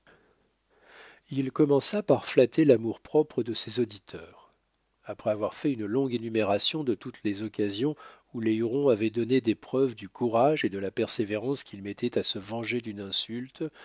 il commença par flatter l'amour-propre de ses auditeurs après avoir fait une longue énumération de toutes les occasions où les hurons avaient donné des preuves du courage et de la persévérance qu'ils mettaient à se venger d'une insulte